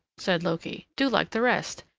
said loki, do like the rest,